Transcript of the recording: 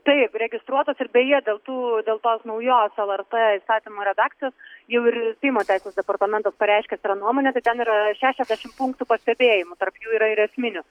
taip registruotos ir beje dėl tų dėl tos naujos lrt įstatymo redakcijos jau ir seimo teisės departamentas pareiškęs yra nuomonę kad ten yra šešiasdešim punktų pastebėjimų tarp jų yra ir esminių